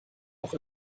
auch